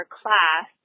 class